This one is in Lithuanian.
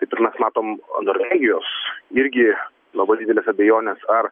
taip ir mes matom norvegijos irgi labai didelės abejonės ar